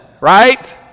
Right